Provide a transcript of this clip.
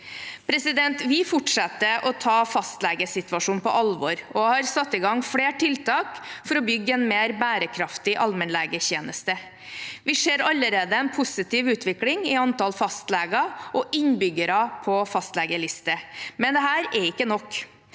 fagfolk. Vi fortsetter å ta fastlegesituasjonen på alvor og har satt i gang flere tiltak for å bygge en mer bærekraftig allmennlegetjeneste. Vi ser allerede en positiv utvikling i antall fastleger og innbyggere på fastlegeliste, men dette er ikke nok.